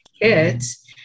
kids